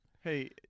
Hey